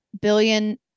billion